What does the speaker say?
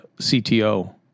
CTO